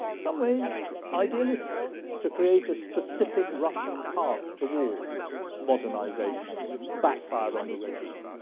some ways idealistic to create a specific russian path towards modernization backfired on the regime.